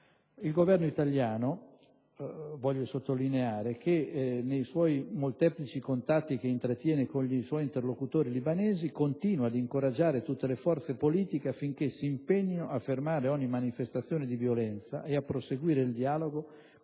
Il Governo italiano, lo voglio sottolineare, nei molteplici contatti che intrattiene con i suoi interlocutori libanesi continua ad incoraggiare tutte le forze politiche affinché si impegnino a fermare ogni manifestazione di violenza e a proseguire il dialogo,